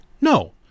No